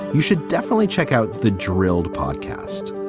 you should definitely check out the derailed podcast.